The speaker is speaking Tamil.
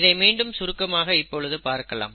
இதை மீண்டும் சுருக்கமாக இப்பொழுது பார்க்கலாம்